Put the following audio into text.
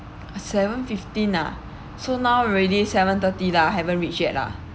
seven fifteen ah so now already seven thirty lah haven't reached yet lah